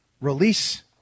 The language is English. Release